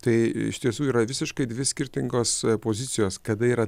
tai iš tiesų yra visiškai dvi skirtingos pozicijos kada yra